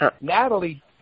Natalie